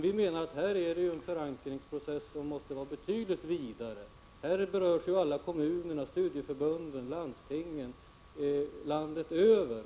Vi anser att det för ett sådant här arrangemang måste finnas en betydligt bredare förankring. Här berörs alla kommuner och landsting samt studieförbunden landet över.